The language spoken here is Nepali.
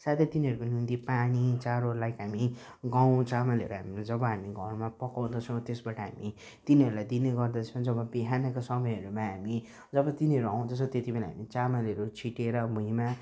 साथै तिनीहरूको निम्ति पानी चारो लाइक हामी गहुँ चामलहरू हामीले जब हामी घरमा पकाउँदछौँ त्यसबाट हामी तिनीहरूलाई दिने गर्दछौँ जब बिहानको समयहरूमा हामी जब तिनीहरू आउँदछ त्यति बेला हामी चामलहरू छर्किएर भुइँमा